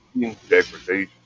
degradation